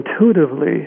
intuitively